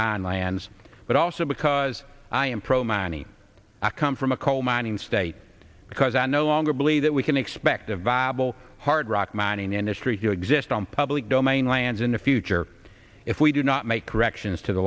mine lands but also because i am pro money i come from a coal mining state because i no longer believe that we can expect a viable hard rock mining industry to exist on public domain lands in the future if we do not make corrections to the